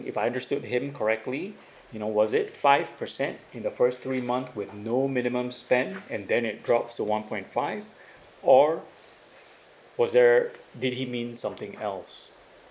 if I understood him correctly you know was it five percent in the first three month with no minimum spend and then it drops to one point five or was there did he mean something else